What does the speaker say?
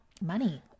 Money